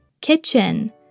Kitchen